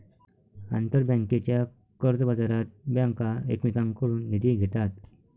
आंतरबँकेच्या कर्जबाजारात बँका एकमेकांकडून निधी घेतात